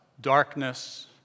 darkness